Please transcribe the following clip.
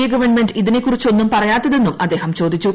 A government ഇതിനെക്കുറിച്ചൊന്നും പറയാത്തതെന്നും അദ്ദേഹം ചോദിച്ചു